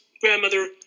grandmother